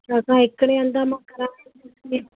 छो त हिकिड़े हंधि मां करायो हुयो